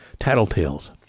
Tattletales